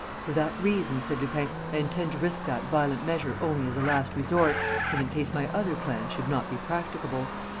for that reason, said lupin, i intend to risk that violent measure only as a last resort and in case my other plan should not be practicable.